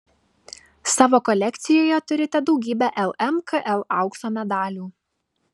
savo kolekcijoje turite daugybę lmkl aukso medalių